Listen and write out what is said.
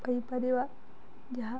ଦେଇପାରିବା ଯାହା